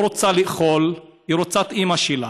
לא רוצה לאכול, היא רוצה את אימא שלה.